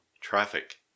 traffic